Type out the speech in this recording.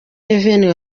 revenue